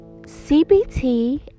CBT